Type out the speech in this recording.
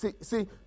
See